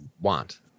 want